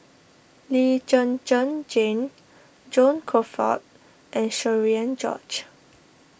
Lee Zhen Zhen Jane John Crawfurd and Cherian George